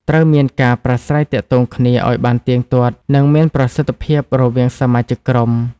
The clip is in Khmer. ត្រូវមានការ ប្រាស្រ័យទាក់ទងគ្នា ឲ្យបានទៀងទាត់ និងមានប្រសិទ្ធភាពរវាងសមាជិកក្រុម។